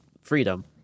freedom